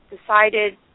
decided